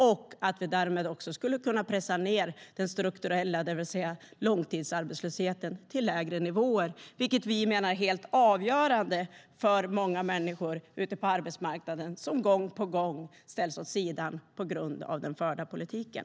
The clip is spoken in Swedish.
Därmed skulle vi också kunna pressa ned den strukturella långtidsarbetslösheten till lägre nivåer, vilket vi menar är helt avgörande för många människor ute på arbetsmarknaden som gång på gång ställs åt sidan på grund av den förda politiken.